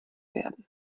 werden